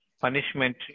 punishment